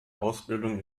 ausbildung